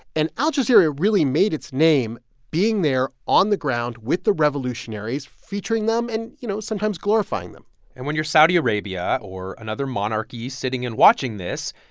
and al-jazeera really made its name being there on the ground with the revolutionaries, featuring them and, you know, sometimes glorifying them and when you're saudi arabia or another monarchy sitting and watching this,